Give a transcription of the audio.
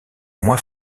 moins